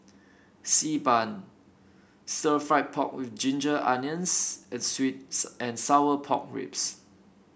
Xi Ban sir fry pork with Ginger Onions and sweet and Sour Pork Ribs